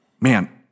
man